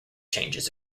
changes